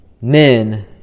men